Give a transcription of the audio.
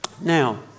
Now